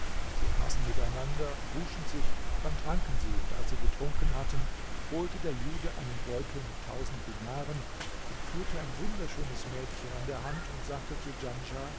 sie aßen miteinander wuschen sich dann tranken sie und als sie getrunken hatten holte der jude einen beutel mit tausend dinaren und führte ein wunderschönes mädchen an der hand und sagte zu